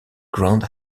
grand